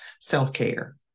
self-care